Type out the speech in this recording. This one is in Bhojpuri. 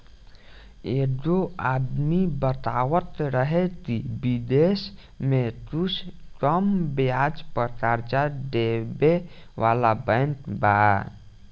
एगो आदमी बतावत रहे की बिदेश में कुछ कम ब्याज पर कर्जा देबे वाला बैंक बा